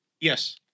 Yes